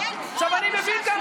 קטרין שטרית,